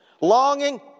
longing